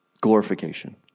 Glorification